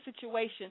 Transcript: situation